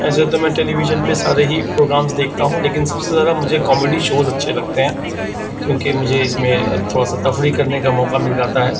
ایسے تو میں ٹیلیویژن پہ سارے ہی پروگرامس دیکھتا ہوں لیکن سب سے زیادہ مجھے کامیڈی شوز اچھے لگتے ہیں کیونکہ مجھے اس میں تھوڑا سا تفریح کرنے کا موقع مل جاتا ہے